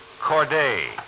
Corday